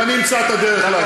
ואני אמצא את הדרך להשיב לך.